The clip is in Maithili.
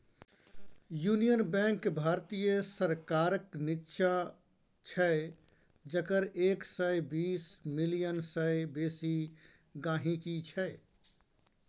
युनियन बैंक भारतीय सरकारक निच्चां छै जकर एक सय बीस मिलियन सय बेसी गांहिकी छै